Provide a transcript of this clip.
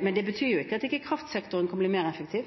Men det betyr ikke at ikke kraftsektoren kan bli mer effektiv.